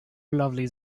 lovely